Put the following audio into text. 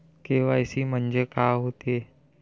KYC म्हंनजे का होते?